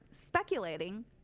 speculating